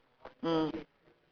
mm